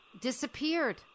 disappeared